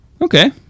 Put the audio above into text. Okay